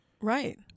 Right